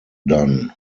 done